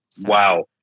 Wow